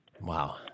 Wow